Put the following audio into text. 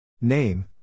Name